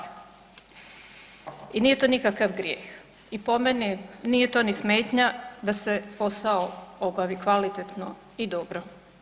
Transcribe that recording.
I nije to nikakav grijeh i po meni nije to ni smetnja da se posao obavi kvalitetno i dobro.